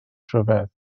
rhyfedd